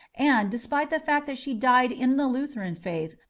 and, despite the fact that she died in the lutheran faith,